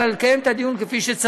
אלא יש לקיים את הדיון כפי שצריך.